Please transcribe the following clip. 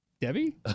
Debbie